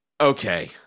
Okay